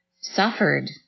suffered